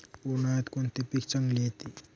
उन्हाळ्यात कोणते पीक चांगले येते?